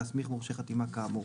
להסמיך מורשה חתימה כאמור.